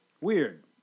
Weird